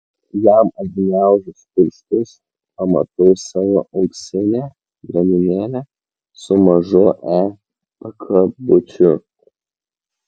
jam atgniaužus pirštus pamatau savo auksinę grandinėlę su mažu e pakabučiu